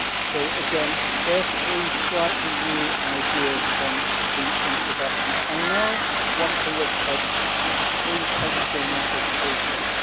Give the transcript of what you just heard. so, again, they're three slightly new ideas from the introduction. i now want to look at three textural matters briefly.